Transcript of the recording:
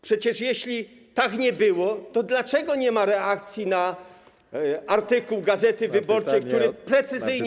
Przecież jeśli tak nie było, to dlaczego nie ma reakcji na artykuł „Gazety Wyborczej”, który precyzyjnie